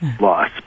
loss